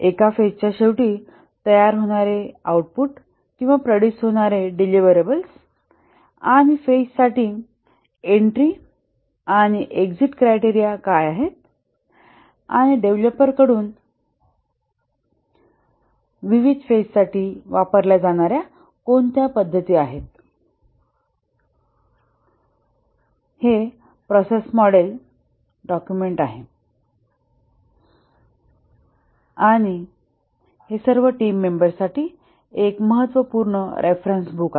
एका फेजच्या शेवटी तयार होणारे आउटपुट किंवा प्रोड्युस होणारे डेलिव्हरेबल्स आणि फेजसाठी एन्ट्री आणि एक्झीट क्रायटेरिया काय आहेत आणि डेव्हलपर कडून विविध फेजसाठी वापरल्या जाणार्या कोणत्या पद्धती आहेत हे प्रोसेस मॉडेल डाक्युमेंट आहे आणि हे सर्व टीम मेंबर्स साठी एक महत्त्वपूर्ण रेफरन्स बुक आहे